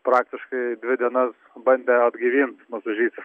praktiškai dvi dienas bandė atgaivint masažistas